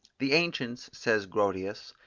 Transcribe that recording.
the ancients, says grotius,